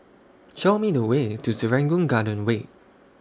Show Me The Way to Serangoon Garden Way